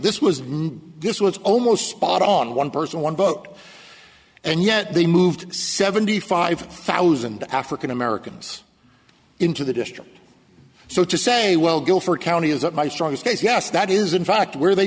this was this was almost spot on one person one vote and yet they moved seventy five thousand african americans into the district so to say well guilford county isn't my strongest case yes that is in fact where they